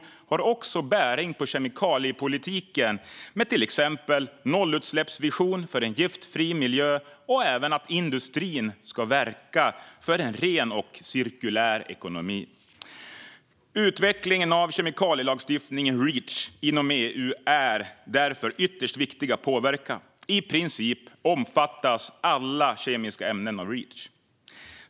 Den har också bäring på kemikaliepolitiken med till exempel nollutsläppsvision för en giftfri miljö men även att industrin ska verka för en ren och cirkulär ekonomi. Utvecklingen av kemikalielagstiftningen Reach inom EU är därför ytterst viktig att påverka. I princip omfattas alla kemiska ämnen av Reach.